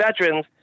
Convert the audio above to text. veterans